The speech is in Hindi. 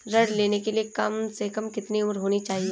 ऋण लेने के लिए कम से कम कितनी उम्र होनी चाहिए?